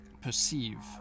perceive